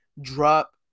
drop